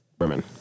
women